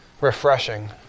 refreshing